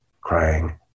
crying